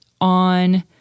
on